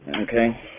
Okay